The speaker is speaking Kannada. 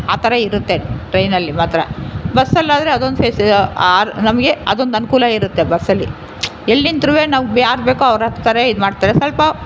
ಆ ಥರ ಇರುತ್ತೆ ಟ್ರೈನಲ್ಲಿ ಮಾತ್ರ ಬಸ್ಸಲ್ಲಾದರೆ ಅದೊಂದು ಫೆಸಿ ಆ ನಮಗೆ ಅದೊಂದು ಅನುಕೂಲ ಇರುತ್ತೆ ಬಸ್ಸಲ್ಲಿ ಎಲ್ಲಿಂತ್ರುವೆ ನಾವು ಯಾರು ಬೇಕೊ ಅವ್ರು ಹತ್ತಾರೆ ಇದು ಮಾಡ್ತಾರೆ ಸ್ವಲ್ಪ